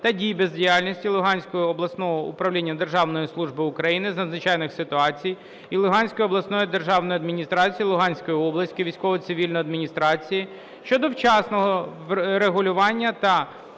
та дій/бездіяльності Луганського обласного управління Державної служби України з надзвичайних ситуацій і Луганської обласної державної адміністрації – Луганської обласної військово-цивільної адміністрації щодо вчасного реагування на